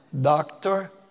doctor